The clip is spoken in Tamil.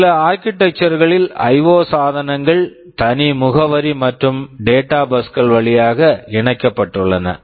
சில ஆர்க்கிடெக்சர் architecture களில் ஐஒ IO சாதனங்கள் தனி முகவரி மற்றும் டேட்டா data பஸ் bus கள் வழியாக இணைக்கப்பட்டுள்ளன